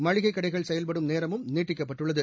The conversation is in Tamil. மளிகை கடைகள் செயல்படும் நேரமும் நீட்டிக்கப்பட்டுள்ளது